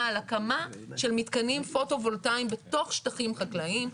על הקמה של מתקנים פוטו-וולטאים בתוך שטחים חקלאיים,